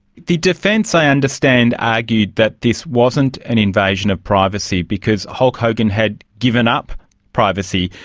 the defence i understand argued that this wasn't an invasion of privacy because hulk hogan had given up privacy,